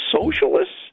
socialists